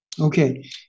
Okay